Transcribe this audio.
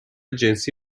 جنسی